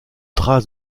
trace